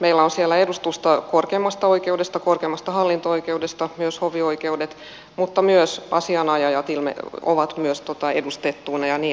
meillä on siellä edustusta korkeimmasta oikeudesta korkeimmasta hallinto oikeudesta myös hovioikeuksista mutta myös asianajajat ovat edustettuina ja niin edelleen